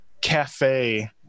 cafe